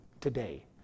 today